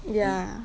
ya